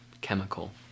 chemical